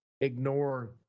ignore